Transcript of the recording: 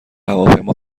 هواپیما